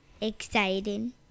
Exciting